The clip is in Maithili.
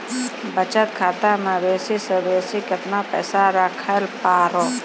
बचत खाता म बेसी से बेसी केतना पैसा रखैल पारों?